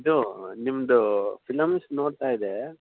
ಇದು ನಿಮ್ದು ಫಿಲಮ್ಸ್ ನೋಡ್ತಾಯಿದ್ದೆ